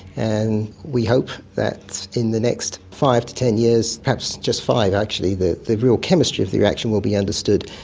and we hope that in the next five to ten years. perhaps just five actually, the the real chemistry of the reaction will be understood,